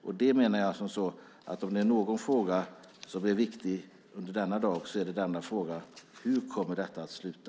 Är det någon fråga som är viktig under denna dag är det denna fråga. Hur kommer detta att sluta?